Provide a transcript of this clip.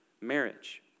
marriage